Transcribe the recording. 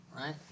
right